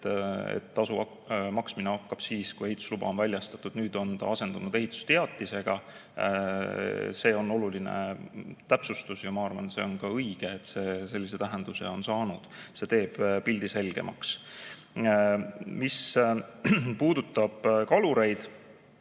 tasu maksmine hakkas siis, kui ehitusluba oli väljastatud, nüüd on see asendunud ehitusteatisega. See on oluline täpsustus ja ma arvan, et see on ka õige, et see sellise tähenduse on saanud. See teeb pildi selgemaks. Mis puudutab kalureid,